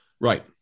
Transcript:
Right